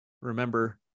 Remember